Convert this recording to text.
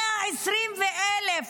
120,000